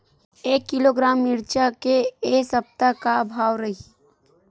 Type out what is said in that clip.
एक किलोग्राम मिरचा के ए सप्ता का भाव रहि?